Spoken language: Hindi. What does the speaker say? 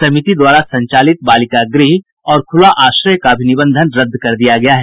समिति द्वारा संचालित बालिका गृह और खुला आश्रय का भी निबंधन रद्द कर दिया गया है